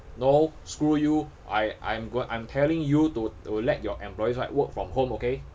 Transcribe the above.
no screw you I I'm goi~ I'm telling you to to let your employees right work from home okay